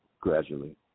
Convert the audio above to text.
gradually